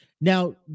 Now